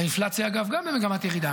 האינפלציה, אגב, גם במגמת ירידה.